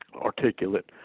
articulate